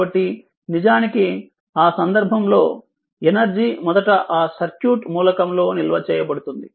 కాబట్టి నిజానికి ఆ సందర్భంలో ఎనర్జీ మొదట ఆ సర్క్యూట్ మూలకం లో నిల్వ చేయబడుతుంది